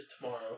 Tomorrow